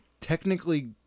technically